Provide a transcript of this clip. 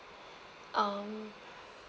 um